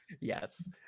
Yes